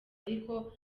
ariko